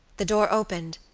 the door opened,